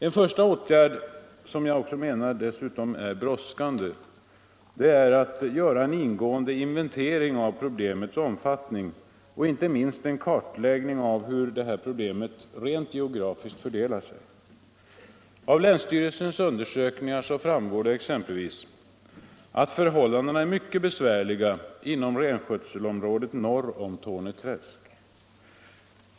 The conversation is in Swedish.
En första åtgärd, som jag dessutom anser vara brådskande, är att göra en ingående inventering av problemens omfattning och inte minst en kartläggning av hur detta problem rent geografiskt fördelar sig. Av länsstyrelsens undersökningar framgår exempelvis att förhållandena är mycket besvärliga inom renskötselområdet norr om Torne träsk.